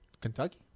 Kentucky